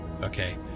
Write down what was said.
Okay